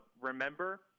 remember